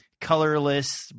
colorless